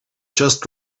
just